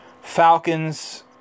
Falcons